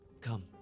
Come